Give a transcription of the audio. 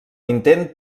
intent